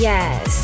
Yes